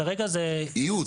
כרגע זה ייעוץ,